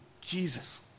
Jesus